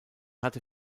hatte